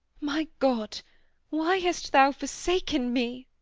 my god why hast thou forsaken me?